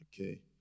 Okay